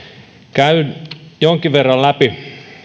käyn jonkin verran läpi